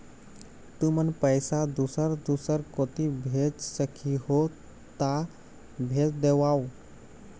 तुमन पैसा दूसर दूसर कोती भेज सखीहो ता भेज देवव?